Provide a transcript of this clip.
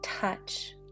touch